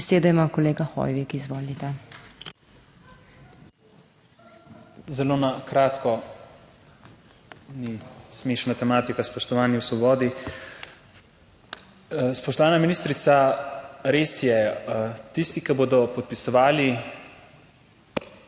Zelo na kratko. Ni smešna tematika, spoštovani v Svobodi. Spoštovana ministrica, res je, tisti, ki bodo podpisovali